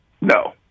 No